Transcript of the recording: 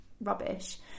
rubbish